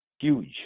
huge